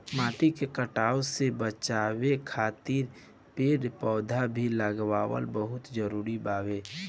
माटी के कटाव से बाचावे खातिर पेड़ पौधा भी लगावल बहुत जरुरी बावे